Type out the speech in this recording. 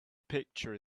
picture